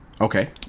Okay